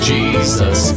Jesus